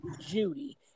Judy